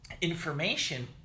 information